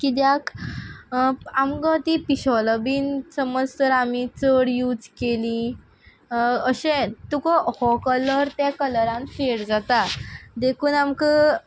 किद्याक आमकां तीं पिशॉलां बीन समज तर आमी चड यूज केलीं अशें तुका हो कलर ते कलरान फेड जाता देखून आमक